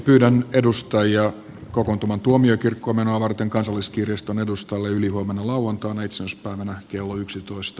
pyydän edustajia kokoontumaan tuomiokirkkoon menoa varten kansalliskirjaston edustalle ylihuomenna lauantaina itsenäisyyspäivänä kello yksitoista